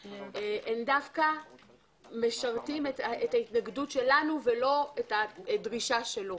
הם דווקא משרתים את ההתנגדות שלנו ולא אתת הדרישה שלו,